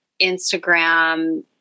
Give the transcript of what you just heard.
Instagram